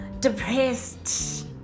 depressed